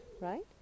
right